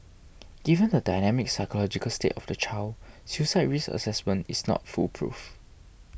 given the dynamic psychological state of the child suicide risk assessment is not foolproof